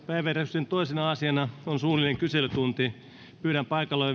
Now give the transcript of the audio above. päiväjärjestyksen toisena asiana on suullinen kyselytunti pyydän paikalla